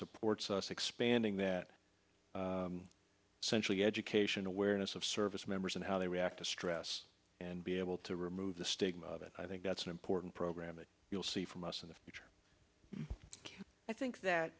supports us expanding that centrally education awareness of service members and how they react to stress and be able to remove the stigma of it i think that's an important program that you'll see from us in the future i think that